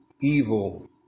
evil